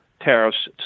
tariffs